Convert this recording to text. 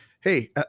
hey